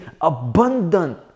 abundant